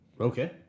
Okay